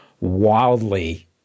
wildly